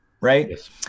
right